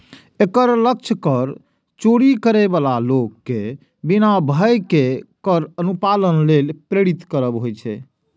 एकर लक्ष्य कर चोरी करै बला लोक कें बिना भय केर कर अनुपालन लेल प्रेरित करब होइ छै